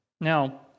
Now